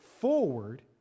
forward